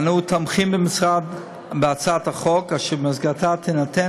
אנו במשרד תומכים בהצעת החוק אשר במסגרתה תינתן